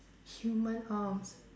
human arms